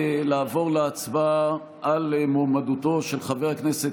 לעבור להצבעה על מועמדותו של חבר הכנסת